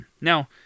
Now